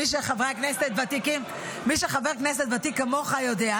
מי שחבר כנסת ותיק כמוך יודע,